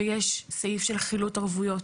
ויש סעיף של חילוט ערבויות.